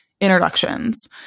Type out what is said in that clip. introductions